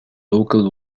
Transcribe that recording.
local